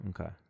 Okay